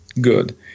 good